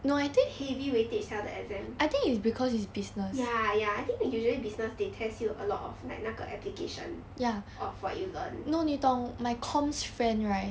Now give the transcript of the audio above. heavy weightage sia the exam ya ya I think usually business they test you a lot of like 那个 application of what you learn